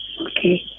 Okay